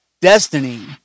Destiny